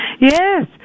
Yes